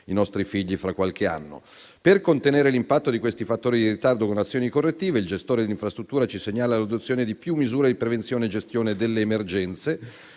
i nostri figli, fra qualche anno. Per contenere l'impatto di questi fattori di ritardo con azioni correttive, il gestore di infrastruttura ci segnala l'adozione di più misure di prevenzione e gestione delle emergenze,